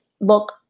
look